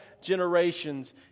generations